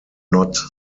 not